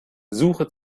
suche